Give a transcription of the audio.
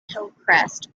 hillcrest